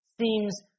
seems